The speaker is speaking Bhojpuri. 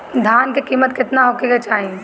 धान के किमत केतना होखे चाही?